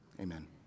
amen